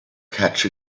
catch